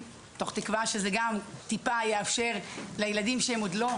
תוך תקווה שזה גם טיפה יאפשר לילדים שהם עוד לא,